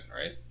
right